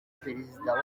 perezida